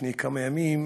לפני כמה ימים